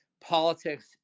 Politics